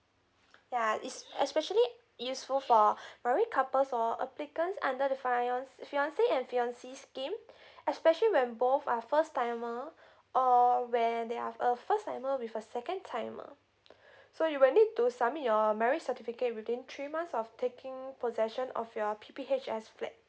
yeah it's especially useful for married couples for applicants under the fiance and fiancee scheme especially when both are first timer or when they are a first timer with a second timer so you will need to submit your marriage certificate within three months of taking possession of your P_P_H_S flat